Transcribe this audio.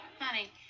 Honey